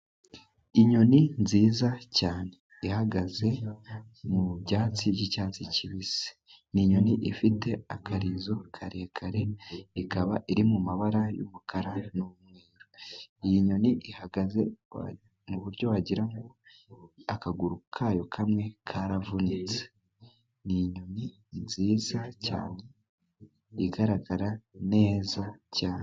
Inyoni nziza cyane, ihagaze mu byatsi by'icyatsi kibisi, ni inyoni ifite akarizo karekare, ikaba iri mu mabara y'umukara n'umweru, iyi nyoni ihagaze mu buryo wagira ngo akaguru kayo kamwe karavunitse. Ni inyoni nziza cyane, igaragara neza cyane.